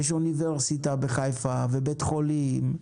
יש אוניברסיטה בחיפה ובית חולים,